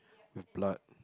with blood